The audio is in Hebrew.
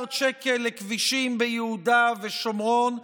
מיליארד שקל לכבישים ביהודה ושומרון.